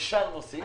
בשאר הנושאים,